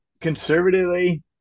conservatively